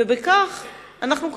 ובכך אנחנו,